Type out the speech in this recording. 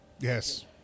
Yes